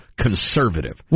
conservative